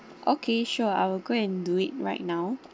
okay sure I will go and do it right now